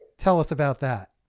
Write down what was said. tell us about that.